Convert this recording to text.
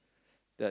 the